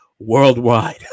worldwide